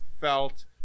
felt